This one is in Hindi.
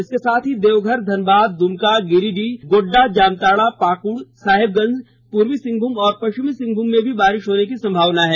इसके साथ ही देवघर धनबाद दुमका गिरिडीह गोड्डा जामताड़ा पाक्ड़ साहेबगंज पूर्वी सिंहभूम और पश्चिम सिंहभूम में भी बारिश होने की संभावना है